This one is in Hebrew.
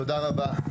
תודה רבה.